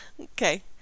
Okay